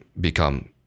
become